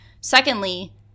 Secondly